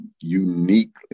unique